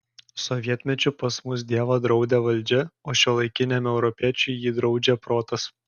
sovietmečiu pas mus dievą draudė valdžia o šiuolaikiniam europiečiui jį draudžia protas